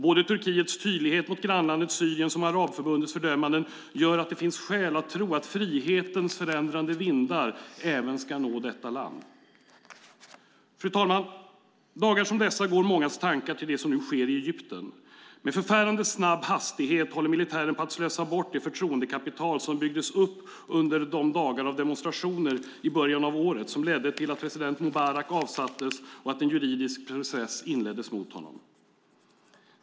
Såväl Turkiets tydlighet mot grannlandet Syrien som Arabförbundets fördömanden gör att det finns skäl att tro att frihetens förändrande vindar ska nå även detta land. Fru talman! Dagar som dessa går mångas tankar till det som nu sker i Egypten. Med förfärande snabb hastighet håller militären på att slösa bort det förtroendekapital som byggdes upp under de dagar av demonstrationer i början av året som ledde till att president Mubarak avsattes och att en juridisk process inleddes mot honom.